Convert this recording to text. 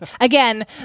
Again